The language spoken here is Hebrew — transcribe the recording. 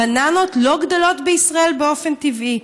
בננות לא גדלות בישראל באופן טבעי.